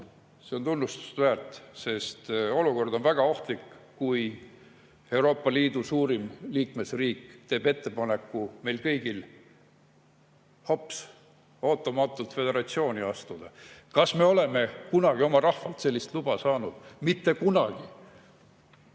on tunnustust väärt, sest olukord on väga ohtlik, kui Euroopa Liidu suurim liikmesriik teeb meile kõigile ettepaneku – hops, ootamatult – föderatsiooni astuda. Kas me oleme kunagi oma rahvalt sellist luba saanud? Mitte kunagi! Ja